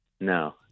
No